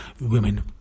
women